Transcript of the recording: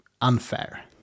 unfair